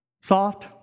Soft